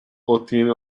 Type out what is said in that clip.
ottiene